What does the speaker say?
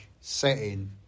setting